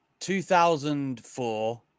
2004